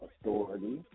authority